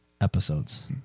episodes